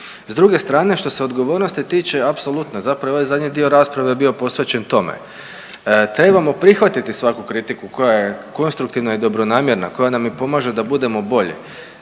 S druge strane što se odgovornosti tiče apsolutno zapravo je ovaj zadnji dio rasprave bio posvećen tome. Trebamo prihvatiti svaku kritiku koja je konstruktivna i dobronamjerna koja nam i pomaže da budemo bolji